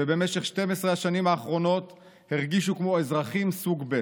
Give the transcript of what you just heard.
ובמשך 12 השנים האחרונות הרגישו כמו אזרחים סוג ב'.